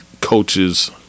coaches